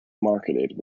marketed